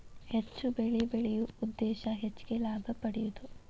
ಹೆಚ್ಚು ಬೆಳಿ ಬೆಳಿಯು ಉದ್ದೇಶಾ ಹೆಚಗಿ ಲಾಭಾ ಪಡಿಯುದು